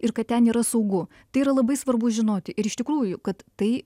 ir kad ten yra saugu tai yra labai svarbu žinoti ir iš tikrųjų kad tai